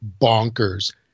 bonkers